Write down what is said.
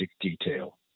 detail